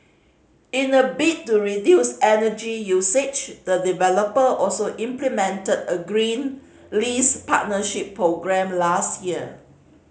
in a bid to reduce energy usage the developer also implemented a green lease partnership programme last year